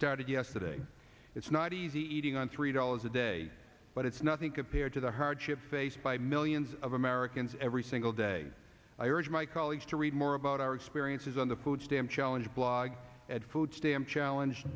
started yesterday it's not easy eating on three dollars a day but it's nothing compared to the hardship faced by millions of americans every single day i urge my colleagues to read more about our experiences on the food stamp challenge blog at food stamp challenge